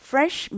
Fresh